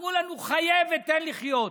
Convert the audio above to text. אמרו לנו: חיה ותן לחיות.